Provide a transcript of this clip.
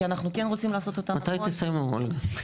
כי אנחנו כן רוצים לעשות אותם, מתי תסיימו אולגה?